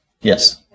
Yes